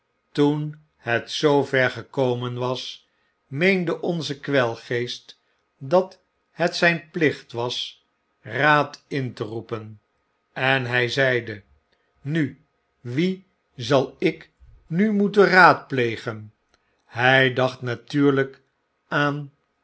toen het zoover gekomen was meeude onze kwelgeest dat het zyn plicht was raad in te roepen en hy zeide nu wien zal ik nu moeten raadplegen ijij dacht natuurlyk aan